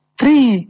three